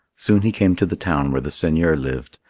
soon he came to the town where the seigneur lived.